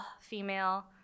female